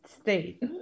state